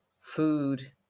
food